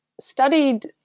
studied